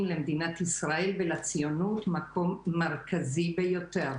למדינת ישראל ולציונות מקום מרכזי ביותר.